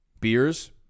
beers